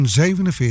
1947